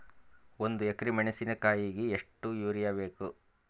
ಒಂದ್ ಎಕರಿ ಮೆಣಸಿಕಾಯಿಗಿ ಎಷ್ಟ ಯೂರಿಯಬೇಕು?